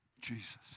Jesus